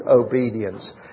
obedience